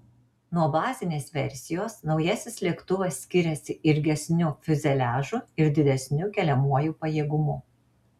nuo bazinės versijos naujasis lėktuvas skiriasi ilgesniu fiuzeliažu ir didesniu keliamuoju pajėgumu